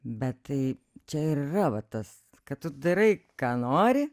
bet tai čia ir yra va tas kad tu darai ką nori